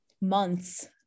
months